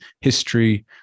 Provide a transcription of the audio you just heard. history